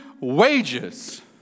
wages